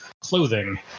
clothing